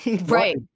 right